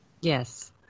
Yes